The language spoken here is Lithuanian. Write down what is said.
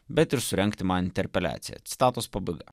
bet ir surengti man interpeliaciją citatos pabaiga